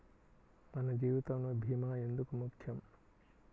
మన జీవితములో భీమా ఎందుకు ముఖ్యం?